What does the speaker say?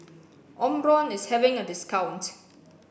Omron is having a discount